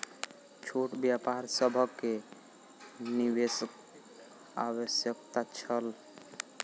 छोट व्यापार सभ के निवेशक आवश्यकता छल